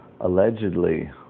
allegedly